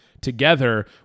Together